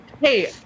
Hey